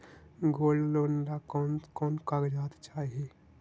Gold loan ला कौन कौन कागजात चाही?